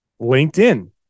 LinkedIn